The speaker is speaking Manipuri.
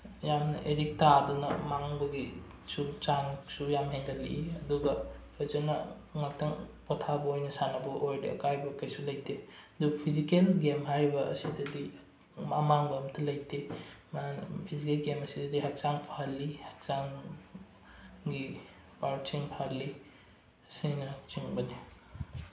ꯌꯥꯝꯅ ꯑꯦꯗꯤꯛ ꯇꯥꯗꯨꯅ ꯃꯥꯡꯕꯒꯤꯁꯨ ꯆꯥꯡꯁꯨ ꯌꯥꯝ ꯍꯦꯟꯒꯠꯂꯤ ꯑꯗꯨꯒ ꯐꯖꯅ ꯉꯥꯛꯇꯪ ꯄꯣꯊꯥꯕ ꯑꯣꯏꯅ ꯁꯥꯟꯅꯕ ꯑꯣꯏꯔꯗꯤ ꯑꯀꯥꯏꯕ ꯀꯩꯁꯨ ꯂꯩꯇꯦ ꯑꯗꯨ ꯐꯤꯖꯤꯀꯦꯟ ꯒꯦꯝ ꯍꯥꯏꯔꯤꯕ ꯑꯁꯤꯗꯗꯤ ꯑꯃꯥꯡꯕ ꯑꯝꯇ ꯂꯩꯇꯦ ꯐꯤꯖꯤꯀꯦꯟ ꯒꯦꯝ ꯑꯁꯤꯗꯗꯤ ꯍꯛꯆꯥꯡ ꯐꯍꯜꯂꯤ ꯍꯛꯆꯥꯡꯒꯤ ꯄꯥꯔꯠꯁꯤꯡ ꯐꯍꯜꯂꯤ ꯑꯁꯤꯅꯆꯤꯡꯕꯅꯤ